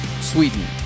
Sweden